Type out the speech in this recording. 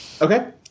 Okay